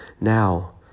Now